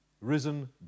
risen